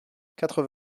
quatre